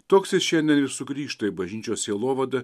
toks jis šiandien ir sugrįžta į bažnyčios sielovadą